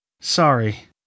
Sorry